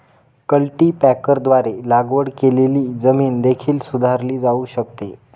कल्टीपॅकरद्वारे लागवड केलेली जमीन देखील सुधारली जाऊ शकते